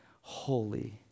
holy